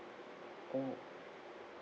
oh